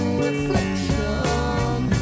reflection